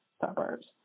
suburbs